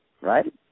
right